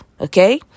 Okay